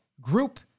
group